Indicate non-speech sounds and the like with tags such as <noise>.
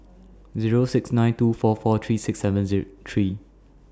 Zero six nine two four four three six seven <unintelligible> three